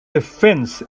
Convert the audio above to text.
fence